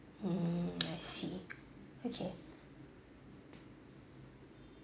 mm I see okay